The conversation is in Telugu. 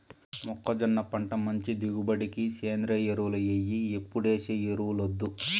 మొక్కజొన్న పంట మంచి దిగుబడికి సేంద్రియ ఎరువులు ఎయ్యి ఎప్పుడేసే ఎరువులొద్దు